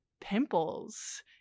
pimples